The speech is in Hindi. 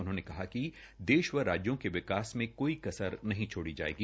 उन्होंने कहा की देश व राज्यों के विकास में कोई कोर कसर नही छोड़ी जाएगी